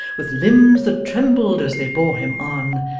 with limbs that trembled as they bore him on,